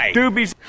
doobies